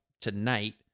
tonight